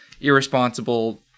irresponsible